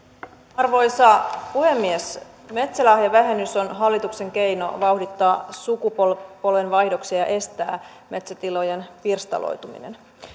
arvoisa puhemies metsälahjavähennys on hallituksen keino vauhdittaa sukupolvenvaihdoksia ja estää metsätilojen pirstaloituminen